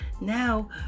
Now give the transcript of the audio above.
now